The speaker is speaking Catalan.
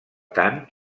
tant